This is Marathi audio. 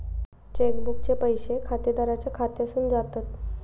चेक बुकचे पैशे खातेदाराच्या खात्यासून जातत